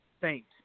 Thanks